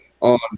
on